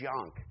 junk